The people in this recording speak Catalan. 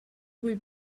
vull